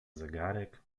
zegarek